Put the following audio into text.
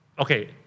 Okay